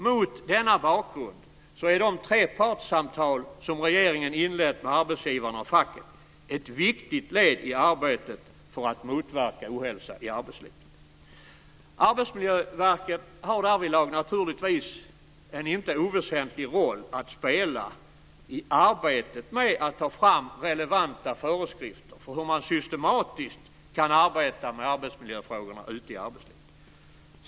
Mot denna bakgrund är de trepartssamtal som regeringen inlett med arbetsgivarna och facket ett viktigt led i arbetet för att motverka ohälsa i arbetslivet. Arbetsmiljöverket har en inte oväsentlig roll att spela i arbetet med att ta fram relevanta föreskrifter för hur man systematiskt kan arbeta med arbetsmiljöfrågorna ute i arbetslivet.